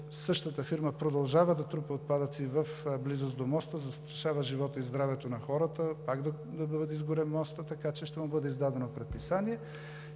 същата фирма продължава да трупа отпадъци в близост до моста, да застрашава живота, здравето на хората и пак да бъде изгорен мостът, така че ще ѝ бъде издадено предписание